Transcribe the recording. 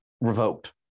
revoked